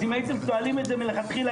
אם הייתם שואלים את זה מלכתחילה,